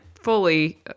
fully